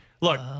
Look